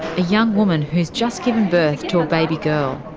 a young woman who's just given birth to a baby girl.